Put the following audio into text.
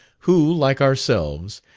who, like ourselves,